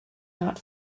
not